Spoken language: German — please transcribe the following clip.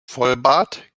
vollbart